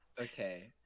Okay